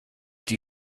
die